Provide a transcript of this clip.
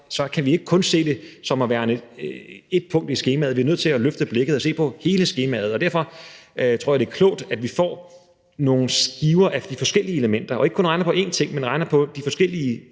kan vi ikke kun se det som værende et punkt i skemaet. Vi er nødt til at løfte blikket og se på hele skemaet. Derfor tror jeg, det er klogt, at vi får nogle skiver af de forskellige elementer og ikke kun regner på én ting, men regner på de forskellige